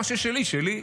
מה ששלי, שלי.